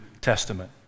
Testament